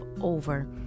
over